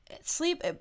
Sleep